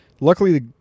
Luckily